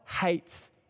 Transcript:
hates